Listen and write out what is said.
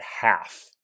half